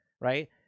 right